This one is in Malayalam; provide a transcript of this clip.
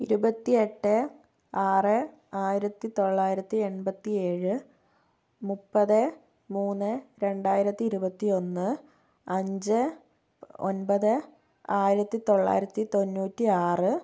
ഇരുപത്തി എട്ട് ആറ് ആയിരത്തി തൊള്ളായിരത്തി എൺപത്തിയേഴ് മുപ്പത് മൂന്ന് രണ്ടായിരത്തി ഇരുപത്തിയൊന്ന് അഞ്ച് ഒൻപത് ആയിരത്തി തൊള്ളായിരത്തി തൊണ്ണൂറ്റിയാറ്